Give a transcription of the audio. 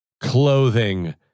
Clothing